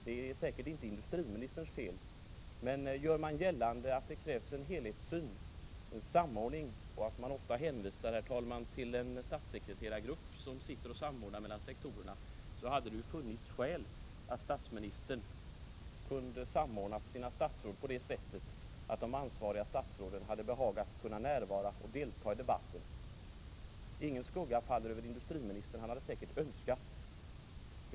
Det är säkert inte industriministerns fel, men gör man gällande att det krävs en helhetssyn och en samordning och ofta hänvisar, herr talman, till en statssekreterargrupp som sitter och samordnar sektorerna, så hade det ju funnits skäl att statsministern hade kunnat samordna sina statsråd på det sättet att de ansvariga statsråden behagat närvara och delta i debatten. — Ingen skugga faller därmed över industriministern; han hade säkert önskat göra det.